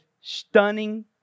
stunning